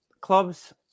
Clubs